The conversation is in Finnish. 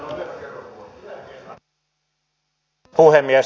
arvoisa puhemies